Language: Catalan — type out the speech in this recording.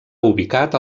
ubicat